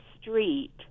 street